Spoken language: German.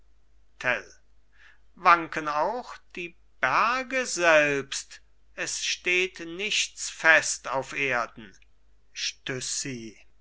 wanken auch die berge selbst es steht nichts fest auf erden